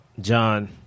John